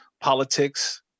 politics